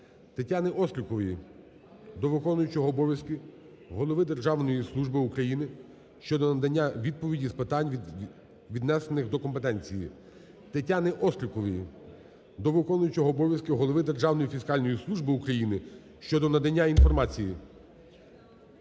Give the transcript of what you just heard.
Тетяни Острікової до виконуючого обов'язки голови Державної служби України щодо надання відповіді з питань, віднесених до компетенції. Тетяни Острікової до виконуючого обов'язки голови Державної фіскальної служби України щодо надання інформації.